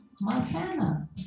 Montana